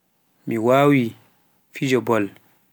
Mi wawii fijo bol.